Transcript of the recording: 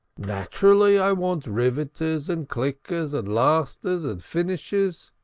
naturally i want riveters and clickers and lasters and finishers.